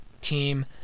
team